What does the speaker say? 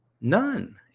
None